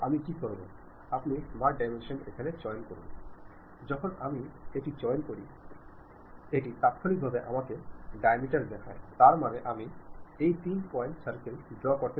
നിങ്ങളുടെ ഏതെങ്കിലും വാക്ക് അല്ലെങ്കിൽ ഉച്ചാരണം കാരണം ചിലപ്പോൾ മോശമായ മതിപ്പ് സൃഷ്ടിക്കപ്പെടുന്നത് നിങ്ങൾക്കറിയില്ല മാത്രമല്ല ഇത് ചില സമയങ്ങളിൽ ഒരു ശത്രുത ഉണ്ടാവുകയും ചെയ്യും